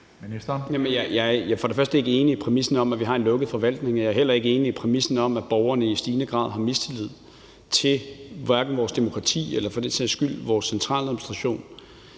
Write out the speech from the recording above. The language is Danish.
For det første er jeg ikke enig i præmissen om, at vi har en lukket forvaltning. Jeg er heller ikke enig i præmissen om, at borgerne i stigende grad har mistillid til vores demokrati eller for den sags skyld vores centraladministration.